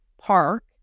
Park